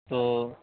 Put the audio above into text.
तो